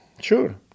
sure